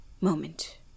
moment